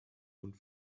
und